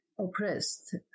Oppressed